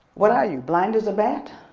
what are you, blind as a bat?